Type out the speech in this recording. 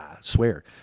swear